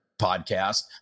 podcast